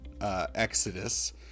Exodus